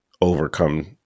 overcome